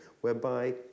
whereby